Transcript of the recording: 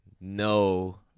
no